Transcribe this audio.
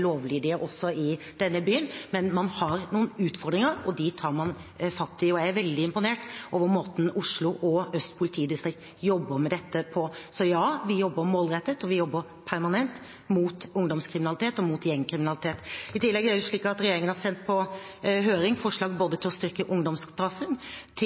lovlydige også i denne byen, men man har noen utfordringer, og de tar man fatt i. Jeg er veldig imponert over måten politidistriktene Oslo og Øst jobber med dette på. Ja, vi jobber målrettet, og vi jobber permanent mot ungdomskriminalitet og mot gjengkriminalitet. I tillegg har regjeringen sendt på høring forslag både til